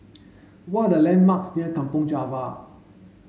what are the landmarks near Kampong Java